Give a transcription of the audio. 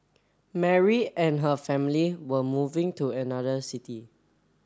Mary and her family were moving to another city